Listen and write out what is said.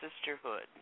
sisterhood